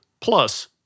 plus